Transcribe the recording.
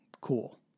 cool